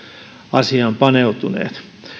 asiaan paneutuneet